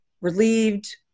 relieved